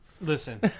Listen